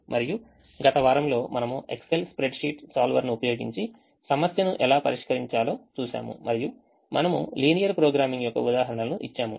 మరియు గత వారంలో మనము ఎక్సెల్ స్ప్రెడ్షీట్ సోల్వర్ ని ఉపయోగించి సమస్యను ఎలా పరిష్కరించాలో చూశాము మరియు మనము లీనియర్ ప్రోగ్రామింగ్ యొక్క ఉదాహరణలు ఇచ్చాము